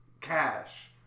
Cash